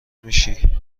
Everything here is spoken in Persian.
میشی